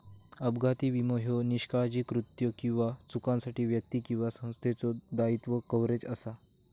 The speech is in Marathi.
अपघाती विमो ह्यो निष्काळजी कृत्यो किंवा चुकांसाठी व्यक्ती किंवा संस्थेचो दायित्व कव्हरेज असा